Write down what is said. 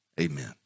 Amen